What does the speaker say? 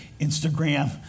Instagram